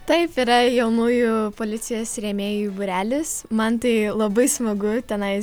taip yra jaunųjų policijos rėmėjų būrelis man tai labai smagu tenais